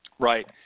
Right